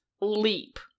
leap